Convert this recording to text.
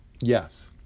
Yes